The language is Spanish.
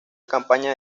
campaña